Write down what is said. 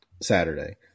Saturday